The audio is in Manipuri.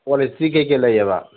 ꯀꯣꯜ ꯍꯤꯁꯇ꯭ꯔꯤ ꯀꯩ ꯀꯩ ꯂꯩꯌꯦꯕ